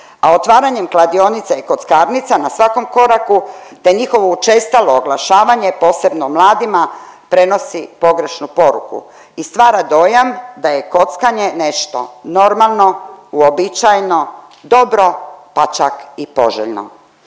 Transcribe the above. a otvaranjem kladionica i kockarnica na svakom koraku, te njihovo učestalo oglašavanje, posebno mladima, prenosi pogrešnu poruku i stvara dojam da je kockanje nešto normalno, uobičajeno, dobro, pa čak i poželjno.